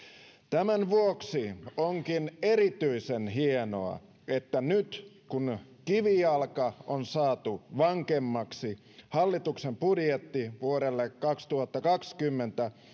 tämän vuoksi onkin erityisen hienoa että nyt kun kivijalka on saatu vankemmaksi hallituksen budjetti vuodelle kaksituhattakaksikymmentä